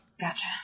gotcha